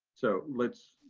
so let's,